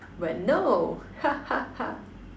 but no ha ha ha